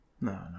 No